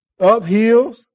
uphills